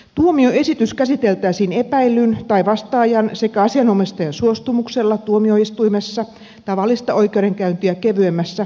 tuomioesitys käsiteltäisiin epäillyn tai vastaajan sekä asianomistajan suostumuksella tuomioistuimessa tavallista oikeudenkäyntiä kevyemmässä tunnustamisoikeudenkäynnissä